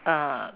uh